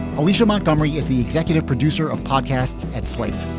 alicia montgomery is the executive producer of podcasts at slate.